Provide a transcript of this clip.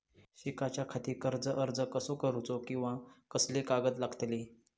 शिकाच्याखाती कर्ज अर्ज कसो करुचो कीवा कसले कागद लागतले?